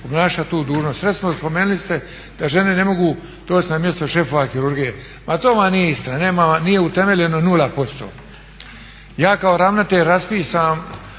obnašat tu dužnost. Recimo spomenuli ste da žene ne mogu doći na mjesto šefova kirurgije. Ma to vam nije istina, nije utemeljeno 0%. Ja kao ravnatelj raspišem